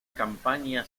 campaña